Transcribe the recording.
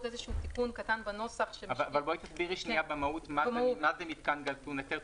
תיקון קטן בנוסח -- אבל תסבירי במהות מה זה מתקן גז טעון היתר.